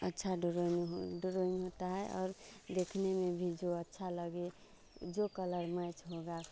अच्छी डोरोइंग हो डोरोइंग होती है और देखने में भी जो अच्छा लगे जो कलर मैच होगा